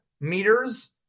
meters